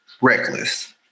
Reckless